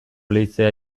leizea